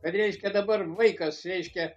reiškia dabar vaikas reiškia